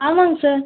ஆமாங்க சார்